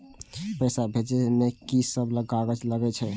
पैसा भेजे में की सब कागज लगे छै?